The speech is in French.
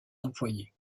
employés